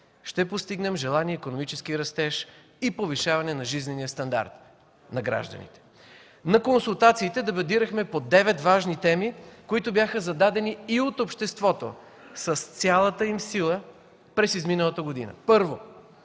ще постигнем желания икономически растеж и повишаване на жизнения стандарт на гражданите. На консултациите дебатирахме по девет важни теми, които бяха зададени и от обществото с цялата им сила през изминалата година. Първо,